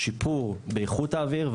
שיפור באיכות האוויר,